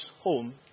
home